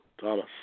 Thomas